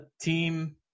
team